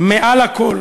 מעל הכול